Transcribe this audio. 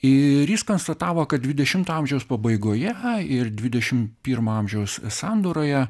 ir jis konstatavo kad dvidešimto amžiaus pabaigoje ir dvidešim pirmo amžiaus sandūroje